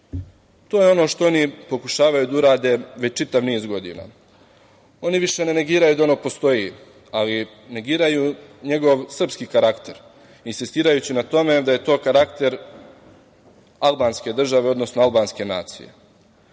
je ono što oni pokušavaju da urade već čitav niz godina. Oni više ne negiraju da ono postoji, ali negiraju njegov srpski karakter, insistirajući na tome da je to karakter albanske države, odnosno albanske